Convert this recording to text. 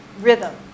rhythm